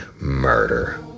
murder